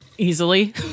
easily